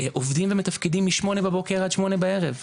עובדים ומתפקדים משמונה בבוקר עד שמונה בערב.